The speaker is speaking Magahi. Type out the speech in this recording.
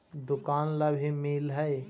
दुकान ला भी मिलहै?